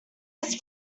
ice